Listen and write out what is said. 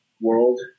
world